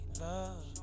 love